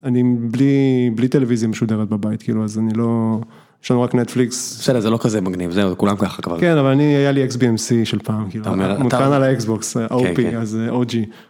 אני בלי טלוויזיה משודרת בבית כאילו אז אני לא שורק רק נטפליקס זה לא כזה מגניב זה כולם ככה אבל אני היה לי אקס בי אמסי של פעם כאילו, מותקן על האקס בוקס, OP OG